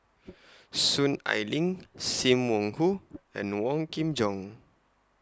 Soon Ai Ling SIM Wong Hoo and Wong Kin Jong